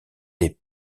des